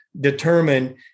determine